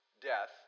death